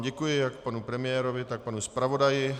Děkuji jak panu premiérovi, tak panu zpravodaji.